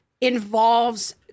involves